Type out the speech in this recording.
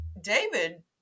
David